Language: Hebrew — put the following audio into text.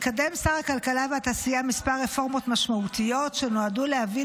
מקדם שר הכלכלה והתעשייה כמה רפורמות משמעותיות שנועדו להביא